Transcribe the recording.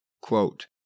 Quote